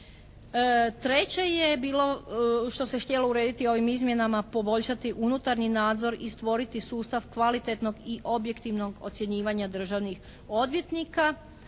Treće je bilo, što se je htjelo urediti ovim izmjenama, poboljšati unutarnji nadzor i stvoriti sustav kvalitetnog i objektivnog ocjenjivanja državnih odvjetnika